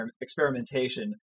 experimentation